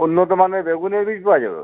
উন্নত মানের বেগুনের বীজ পাওয়া যাবে